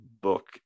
book